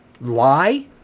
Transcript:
lie